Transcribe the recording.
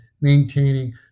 maintaining